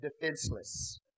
defenseless